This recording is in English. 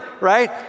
right